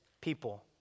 people